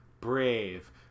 Brave